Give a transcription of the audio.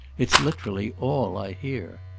it's literally all i hear.